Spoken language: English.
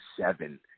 seven